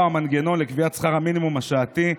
או המנגנון לקביעת שכר המינימום השעתי,